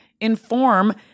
inform